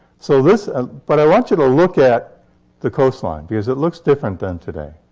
so this but i want you to look at the coastline. because it looks different than today.